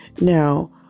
now